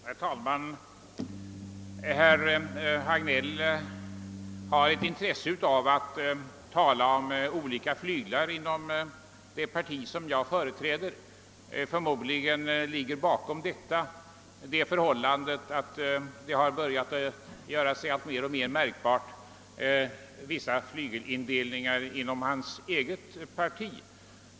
Herr talman! Herr Hagnell har ett intresse av att tala om olika flyglar inom det parti som jag företräder. Förmodligen ligger bakom detta det förhållandet, att en viss flygeluppdelning har börjat göra sig alltmer märkbar inom hans eget parti.